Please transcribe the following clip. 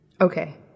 Okay